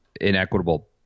inequitable